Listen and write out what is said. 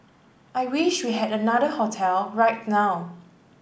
I wish we had another hotel right now